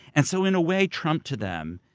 and so in a way, trump, to them,